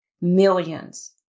millions